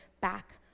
back